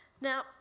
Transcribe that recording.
Now